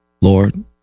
Lord